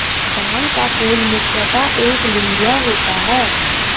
भांग का फूल मुख्यतः एकलिंगीय होता है